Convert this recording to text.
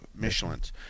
Michelins